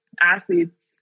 athletes